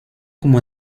como